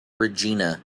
regina